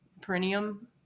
perineum